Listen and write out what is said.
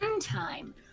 time